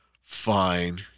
Fine